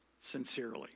sincerely